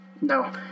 no